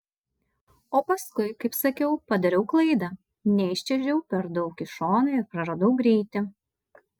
o paskui kaip sakiau padariau klaidą neiščiuožiau per daug į šoną ir praradau greitį